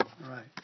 Right